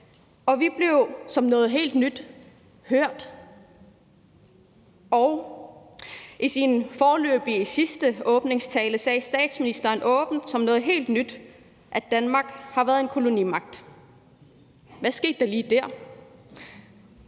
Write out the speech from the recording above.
og vi blev som noget helt nyt hørt. I sin foreløbig sidste åbningstale sagde statsministeren åbent som noget helt nyt, at Danmark har været en kolonimagt. Hvad skete der lige der?